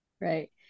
Right